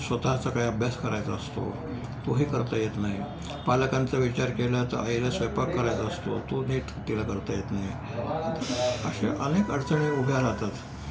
स्वतःचा काही अभ्यास करायचा असतो तोही करता येत नाही पालकांचा विचार केला तर आईला स्वयंपाक करायचा असतो तो नीट तिला करता येत नाही अशा अनेक अडचणी उभ्या राहतात